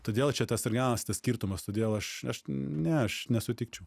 todėl čia tas ir gaunas tas skirtumas todėl aš aš ne aš nesutikčiau